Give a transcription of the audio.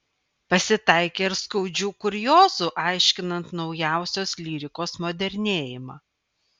pasitaikė ir skaudžių kuriozų aiškinant naujausios lyrikos modernėjimą